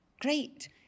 Great